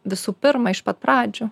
visų pirma iš pat pradžių